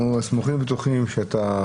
אנחנו סמוכים ובטוחים שאתה